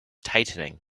tightening